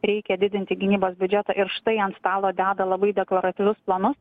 reikia didinti gynybos biudžetą ir štai ant stalo deda labai deklaratyvius planus